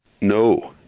No